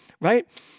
Right